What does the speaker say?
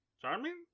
charming